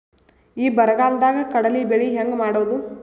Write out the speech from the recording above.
ಈ ಬರಗಾಲದಾಗ ಕಡಲಿ ಬೆಳಿ ಹೆಂಗ ಮಾಡೊದು?